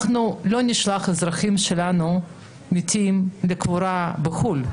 אנחנו לא נשלח את האזרחים המתים שלנו לקבורה בחו"ל.